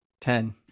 Ten